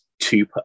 two